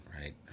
right